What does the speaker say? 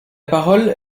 parole